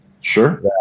Sure